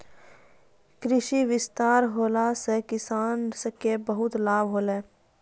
कृषि विस्तार होला से किसान के बहुते लाभ होलै